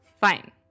Fine